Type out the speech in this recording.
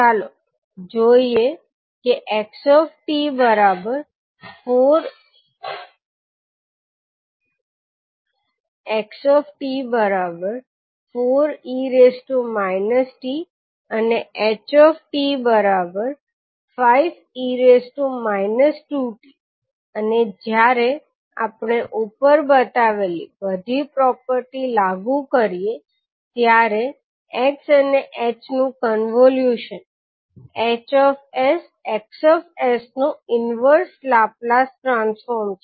ચાલો જોઈએ કે 𝑥𝑡 4𝑒−𝑡 અને ℎ𝑡 5 𝑒−2𝑡 અને જયારે આપણે ઉપર બતાવેલી બધી પ્રોપર્ટી લાગુ કરીએ ત્યારે h અને x નું કોન્વોલ્યુશન 𝐻𝑠𝑋𝑠 નું ઇન્વર્સ લાપ્લાસ ટ્રાન્સફોર્મ છે